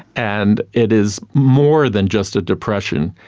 and it is more than just a depression,